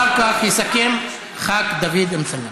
אחר כך יסכם חה"כ דוד אמסלם.